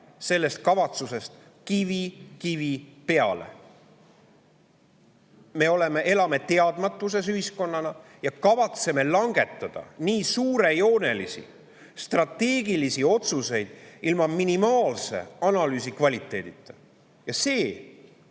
sellest kavatsusest kivi kivi peale! Me elame ühiskonnana teadmatuses ja kavatseme langetada nii suurejoonelisi strateegilisi otsuseid ilma minimaalse analüüsikvaliteedita. Ja see